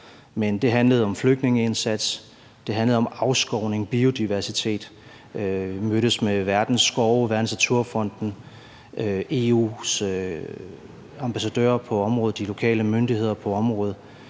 Men det handlede om flygtningeindsatsen, og det handlede om afskovning og biodiversitet. Jeg mødtes med Verdens Skove og Verdensnaturfonden og med EU's ambassadører på området og de lokale myndigheder på området.